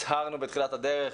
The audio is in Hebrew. הצהרנו בתחילת הדרך,